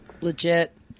Legit